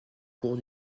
cours